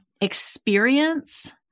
experience